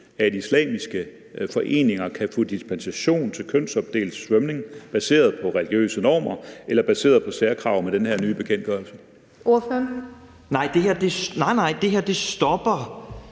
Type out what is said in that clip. at islamiske foreninger kan få dispensation til kønsopdelt svømning baseret på religiøse normer eller baseret på særkrav med den her nye bekendtgørelse? Kl. 14:00 Den